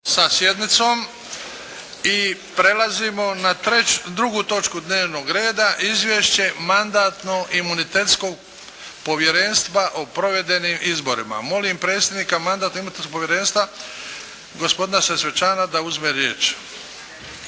sa sjednicom i prelazimo na 2. točku dnevnog reda – 2. Izvješće Mandatno-imunitetnog povjerenstva o provedenim izborima Molim predsjednika Mandatno-imunitetnog povjerenstva gospodina Sesvečana da uzme riječ.